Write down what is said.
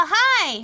hi